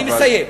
אני מסיים.